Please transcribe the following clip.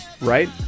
Right